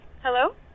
Hello